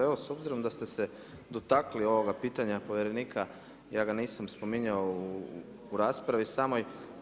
Pa evo, s obzirom da ste se dotakli ovoga pitanja povjerenika, ja ga nisam spominjao u raspravi samoj.